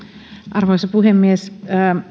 arvoisa puhemies